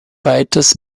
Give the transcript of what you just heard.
weiters